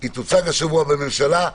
היא תוצג השבוע בממשלה,